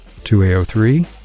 2A03